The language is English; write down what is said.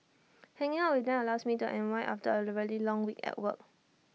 hanging out with them allows me to unwind after A really long week at work